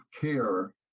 care